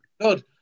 Good